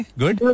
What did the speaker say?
good